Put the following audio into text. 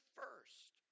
first